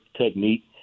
technique